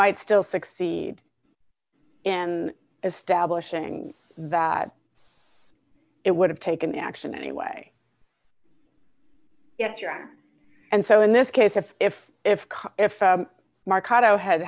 might still succeed in establishing that it would have taken action anyway yet you're wrong and so in this case if if if if mark otto had